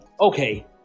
Okay